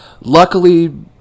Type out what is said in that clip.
Luckily